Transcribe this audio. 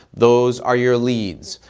those are your leads.